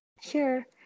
Sure